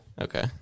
Okay